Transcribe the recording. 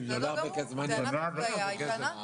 אם זה עולה הרבה כסף מה אני יכול לעשות.